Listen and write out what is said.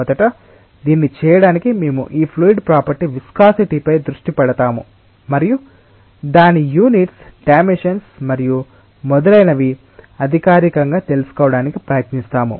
మొదట దీన్ని చేయడానికి మేము ఈ ఫ్లూయిడ్ ప్రాపర్టీ విస్కాసిటిపై దృష్టి పెడతాము మరియు దాని యూనిట్స్ డైమెన్షన్స్ మరియు మొదలైనవి అధికారికంగా తెలుసుకోవడానికి ప్రయత్నిస్తాము